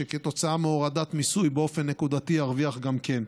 שכתוצאה מהורדת מיסוי באופן נקודתי ירוויח גם כן.